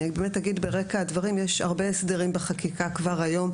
אני אגיד ברקע הדברים שיש הרבה הסדרים בחקיקה כבר היום,